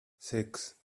six